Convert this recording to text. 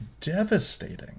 devastating